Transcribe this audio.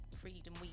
freedom